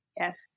Yes